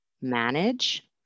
manage